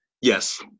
Yes